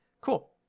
cool